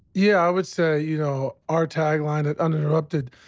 yeah. i would say, you know, our tagline at uninterrupted,